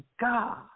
God